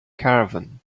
caravan